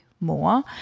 more